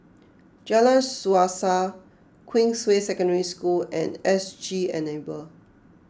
Jalan Suasa Queensway Secondary School and S G Enable